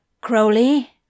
Crowley